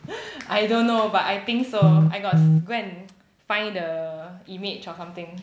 I don't know but I think so I got go and find the image or something